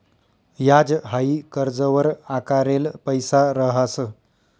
याज हाई कर्जवर आकारेल पैसा रहास